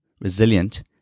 resilient